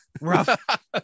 rough